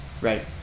Right